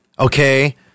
Okay